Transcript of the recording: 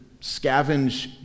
scavenge